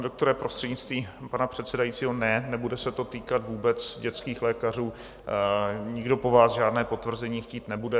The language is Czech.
Pane doktore, prostřednictvím pana předsedajícího, ne, nebude se to týkat vůbec dětských lékařů, nikdo po vás žádné potvrzení chtít nebude.